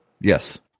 Yes